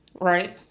Right